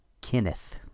Kenneth